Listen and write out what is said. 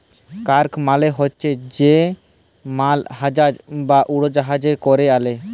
cargo মালে হছে যে মালজাহাজ বা উড়জাহাজে ক্যরে আলে